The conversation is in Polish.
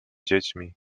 dziećmi